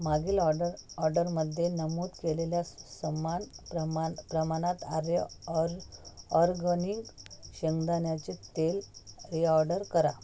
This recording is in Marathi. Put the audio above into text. मागील ऑर्डर ऑर्डरमध्ये नमूद केलेल्या स समान प्रमाण प्रमाणात आर्य ऑर ऑरगनिक शेंगदाण्याचे तेल रीऑर्डर करा